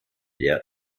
der